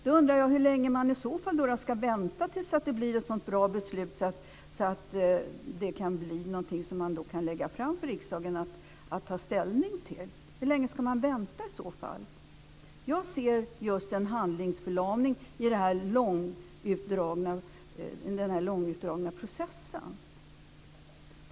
Jag undrar hur länge man i så fall ska vänta på att det ska bli ett så bra beslut att man kan lägga fram det för riksdagen att ta ställning till. Hur länge ska man vänta i så fall? Jag ser en risk för just handlingsförlamning i den långt utdragna processen.